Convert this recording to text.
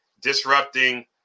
disrupting